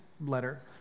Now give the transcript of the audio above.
letter